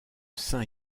saint